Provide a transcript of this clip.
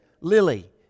Lily